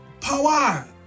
power